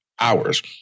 hours